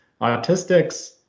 autistics